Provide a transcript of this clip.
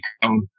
become